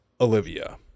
Olivia